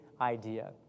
idea